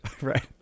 Right